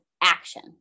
action